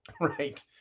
right